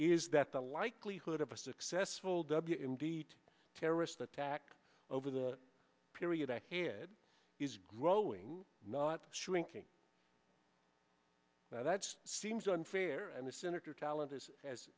is that the likelihood of a successful double indeed terrorist attack over the period ahead is growing not shrinking that's seems unfair and the senator talent is as